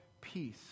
peace